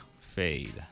Fade